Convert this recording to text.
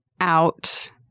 out